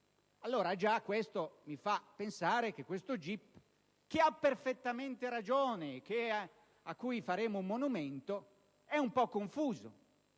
Già questo mi fa pensare che il GIP, che ha perfettamente ragione e al quale faremo un monumento, è un po' confuso: